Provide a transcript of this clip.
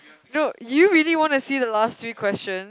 no you really wanna see the last three question